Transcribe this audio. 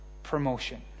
promotion